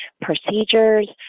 procedures